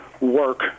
work